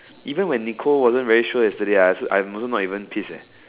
even when Nicole wasn't very sure yesterday I also I'm also not even pissed